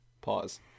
Pause